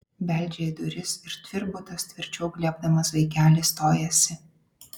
beldžia į duris ir tvirbutas tvirčiau glėbdamas vaikelį stojasi